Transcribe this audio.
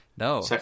No